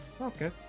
okay